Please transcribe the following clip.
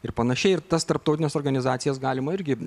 ir panašiai ir tas tarptautines organizacijas galima irgi